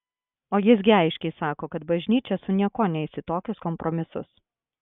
o jis gi aiškiai sako kad bažnyčia su niekuo neis į tokius kompromisus